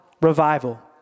revival